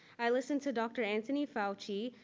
i listened to dr. anthony fauci,